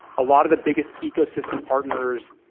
a lot of the biggest ecosystem partners,